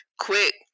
quick